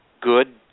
good